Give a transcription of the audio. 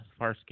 Farscape